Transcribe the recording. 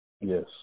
Yes